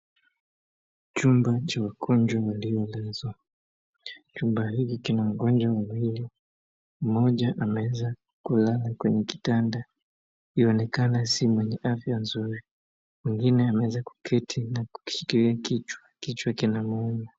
Chumba cha wagonjwa waliolazwa, chumba hiki kina wagonjwa wawili. Mmoja ameweza kulala kwenye kitanda inaonekana si mwenye afya mzuri, mwengine ameweza kuketi na kukishikilia kichwa, kichwa kinamuuma.